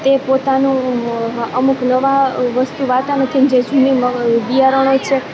તે પોતાનું અમુક નવા વસ્તુ વાવતા નથી જે જૂની બિયારણો છે